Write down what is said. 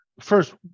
First